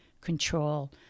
control